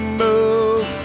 move